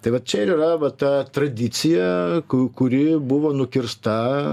tai vat čia yra vat ta tradicija kuri buvo nukirsta